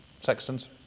sextons